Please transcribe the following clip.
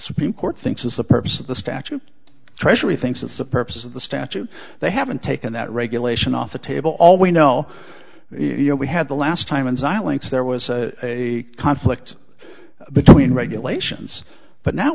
supreme court thinks is the purpose of the statute treasury thinks that's the purpose of the statute they haven't taken that regulation off the table all we know you know we had the last time and xilinx there was a conflict between regulations but now